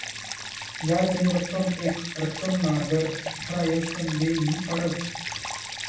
याजनी रक्कम येक रक्कमना दर ठरायीसन देनी पडस